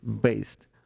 based